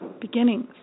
beginnings